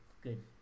good